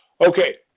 Okay